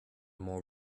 more